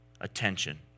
attention